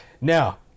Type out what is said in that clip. Now